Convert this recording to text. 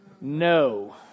No